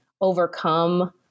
overcome